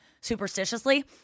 superstitiously